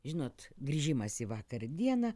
žinot grįžimas į vakar dieną